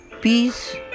Peace